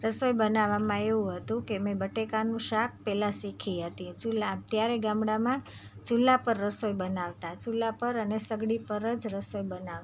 રસોઈ બનાવવામાં એવું હતું કે મેં બટાકાનું શાક પહેલા શીખી હતી ચૂલા ત્યારે ગામડામાં ચૂલા પર રસોઈ બનાવતા ચૂલા પર અને સગડી પર જ રસોઈ બનાવતા